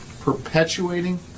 perpetuating